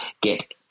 get